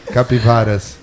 Capivaras